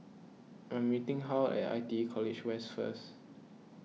I am meeting Hal at I T E College West first